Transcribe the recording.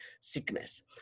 sickness